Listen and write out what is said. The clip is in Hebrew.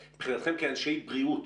אבל מבחינתכם כאנשי בריאות,